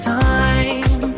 time